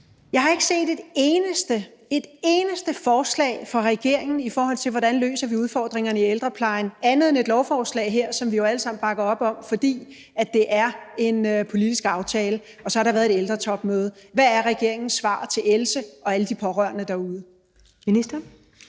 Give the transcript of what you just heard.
Jeg har ikke set et eneste – et eneste – forslag fra regeringen, i forhold til hvordan vi løser udfordringerne i ældreplejen, andet end et lovforslag her, som vi jo alle sammen bakker op om, fordi det er en politisk aftale, og så har der været et ældretopmøde. Hvad er regeringens svar til Else og alle de pårørende derude? Kl.